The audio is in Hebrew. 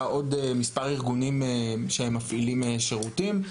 מספר ארגונים שמפעילים שירותים.